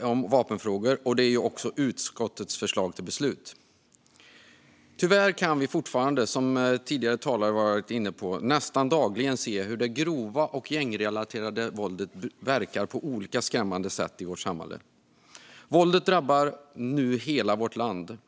om vapenfrågor. Det är också utskottets förslag till beslut. Tyvärr kan vi fortfarande nästan dagligen se hur det grova och gängrelaterade våldet verkar på olika skrämmande sätt i vårt samhälle. Våldet drabbar nu hela vårt land.